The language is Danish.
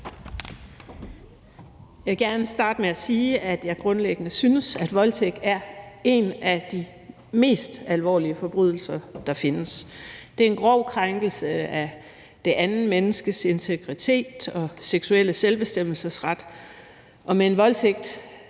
Jeg vil gerne starte med at sige, at jeg grundlæggende synes, at voldtægt er en af de mest alvorlige forbrydelser, der findes. Det er en grov krænkelse af det andet menneskes integritet og seksuelle selvbestemmelsesret,